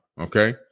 Okay